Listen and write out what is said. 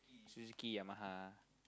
Suzuki Yamaha